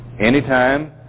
Anytime